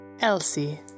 Elsie